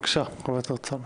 חבר הכנסת